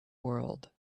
world